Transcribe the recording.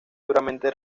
duramente